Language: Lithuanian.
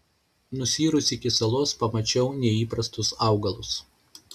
nusiyrusi iki salos pamačiau neįprastus augalus